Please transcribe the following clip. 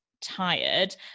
tired